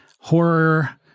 horror